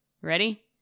Ready